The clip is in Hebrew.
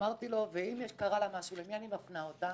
אמרתי לו, ואם קרה לה משהו, למי אני מפנה אותה?